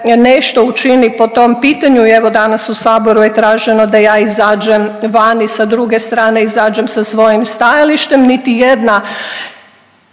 nešto učini po tom pitanju. I evo danas u Saboru je traženo da ja izađem van i sa druge strane izađem sa svojim stajalištem. Niti jedno